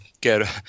get